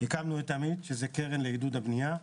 הקמנו את "עמית", שהיא קרן לעידוד הבנייה.